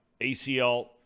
ACL